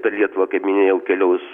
per lietuvą kaip minėjau keliaus